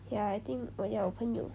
ya I think oh ya 我朋友